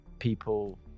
People